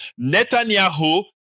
Netanyahu